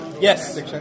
Yes